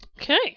Okay